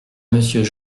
monsieur